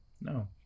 No